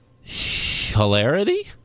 hilarity